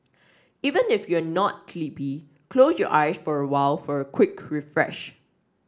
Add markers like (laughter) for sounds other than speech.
even if you are not (unintelligible) close your eyes for a while for a quick refresh